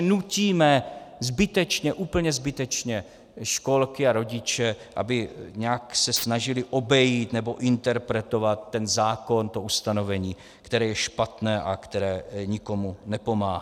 nutíme zbytečně, úplně zbytečně školky a rodiče, aby se nějak snažili obejít nebo interpretovat zákon, to ustanovení, které je špatné a které nikomu nepomáhá.